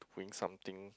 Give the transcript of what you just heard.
with something